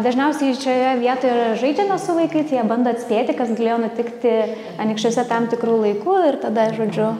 dažniausiai šioje vietoje ir žaidžiame su vaikais jie bando atspėti kas galėjo nutikti anykščiuose tam tikru laiku ir tada žodžiu